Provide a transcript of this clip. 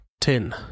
ten